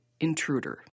intruder